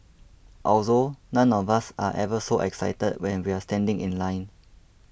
although none of us are ever so excited when we're standing in line